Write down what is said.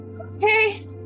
Okay